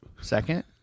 Second